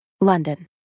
London